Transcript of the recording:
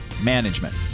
management